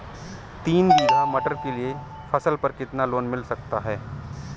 तीन बीघा मटर के लिए फसल पर कितना लोन मिल सकता है?